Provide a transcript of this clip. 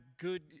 good